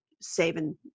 saving